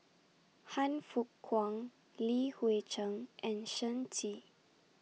Han Fook Kwang Li Hui Cheng and Shen Xi